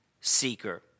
seeker